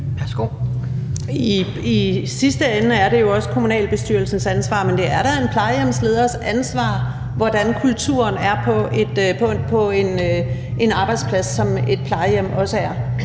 I sidste ende er det jo også kommunalbestyrelsens ansvar, men det er da en plejehjemsleders ansvar, hvordan kulturen er på en arbejdsplads, som et plejehjem også er.